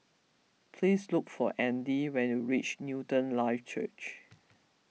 please look for andy when you reach Newton Life Church